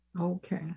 Okay